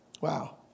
Wow